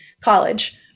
college